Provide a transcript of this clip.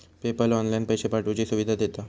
PayPal online पैशे पाठवुची सुविधा देता